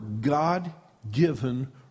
God-given